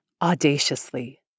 audaciously